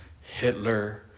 Hitler